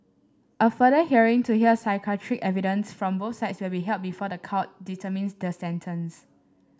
a further hearing to hear psychiatric evidences from both sides will be held before the court determines their sentence